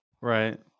Right